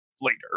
later